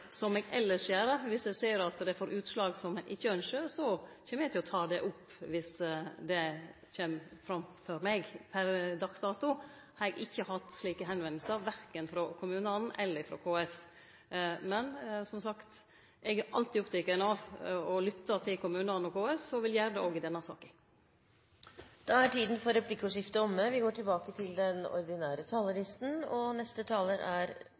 som eg elles gjer dersom eg ser at det får utslag som eg ikkje ynskjer, så kjem eg til å ta det opp dersom det kjem framfor meg. Per dags dato har eg ikkje hatt slike førespurnader, verken frå kommunane eller frå KS. Men som sagt: Eg er alltid oppteken av å lytte til kommunane og KS, og eg vil gjere det òg i denne saka. Replikkordskiftet er omme.